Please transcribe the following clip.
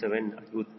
07 ಆಗಿತ್ತು